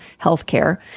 healthcare